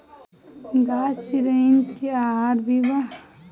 घास चिरईन के आहार भी बा